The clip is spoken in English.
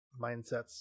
mindsets